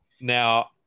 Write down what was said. now